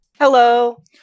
Hello